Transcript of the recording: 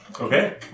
Okay